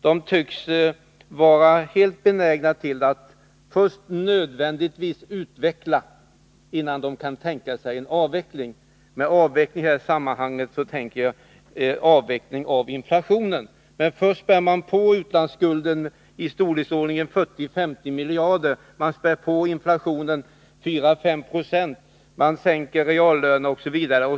De tycks vara helt benägna att först nödvändigtvis utveckla, innan de kan tänka sig en avveckling. Med ”avveckling” menar jag i detta sammanhang en avveckling av inflationen. Först spär man på utlandsskulden med i storleksordningen 40-50 miljarder och inflationen med 4-5 90, sänker reallönerna osv.